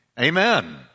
Amen